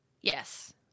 Yes